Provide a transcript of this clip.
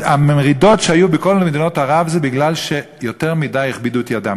המרידות שהיו בכל מדינות ערב זה כי יותר מדי הכבידו את ידם,